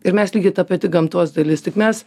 ir mes lygiai ta pati gamtos dalis tik mes